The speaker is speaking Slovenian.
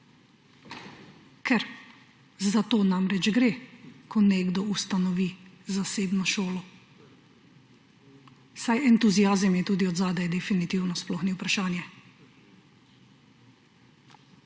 Ker za to namreč gre, ko nekdo ustanovi zasebno šolo. Saj entuziazem je tudi od zadaj definitivno, sploh ni vprašanje.